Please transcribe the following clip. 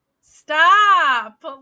stop